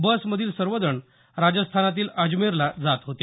बसमधील सर्वजण राजस्थानातील अजमेरला जात होते